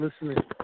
listening